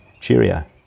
cheerio